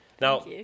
Now